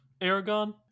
Aragon